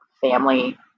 family